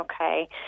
Okay